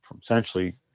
essentially